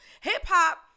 Hip-hop